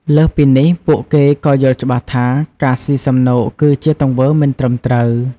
លើសពីនេះ ពួកគេក៏យល់ច្បាស់ថា ការស៊ីសំណូកគឺជាទង្វើមិនត្រឹមត្រូវ។